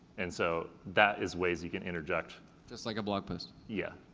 and so that is ways you can interject just like a blog post. yeah,